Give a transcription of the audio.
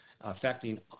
affecting